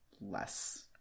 less